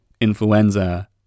influenza